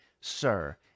Sir